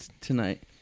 tonight